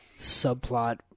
subplot